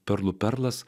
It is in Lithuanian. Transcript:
perlų perlas